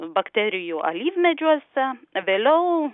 bakterijų alyvmedžiuose vėliau